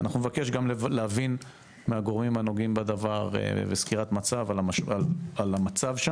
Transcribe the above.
אנחנו נבקש גם להבין מהגורמים הנוגעים בדבר וסקירת מצב על המצב שם,